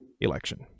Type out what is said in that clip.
election